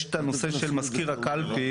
יש את הנושא של מזכיר הקלפי.